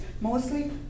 Mostly